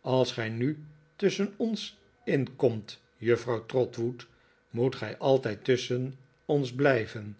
als gij nu tusschen ons in komt juffrouw trotwood moet gij altijd tusschen ons blijven